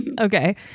Okay